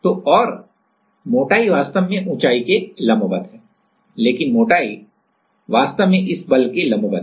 तो और मोटाई वास्तव में ऊंचाई के लंबवत है लेकिन मोटाई वास्तव में इस बल के लंबवत है